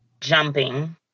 Jumping